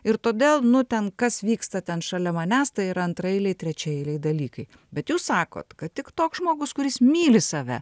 ir todėl nu ten kas vyksta ten šalia manęs tai yra antraeiliai trečiaeiliai dalykai bet jūs sakot kad tik toks žmogus kuris myli save